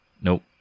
Nope